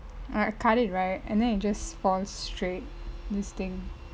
I cut it right and then it just falls straight this thing